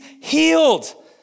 healed